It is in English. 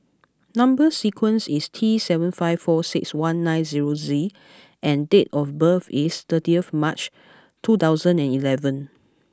number sequence is T seven five four six one nine zero Z and date of birth is thirtieth March two thousand and eleven